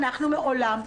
מבין נכון,